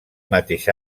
mateix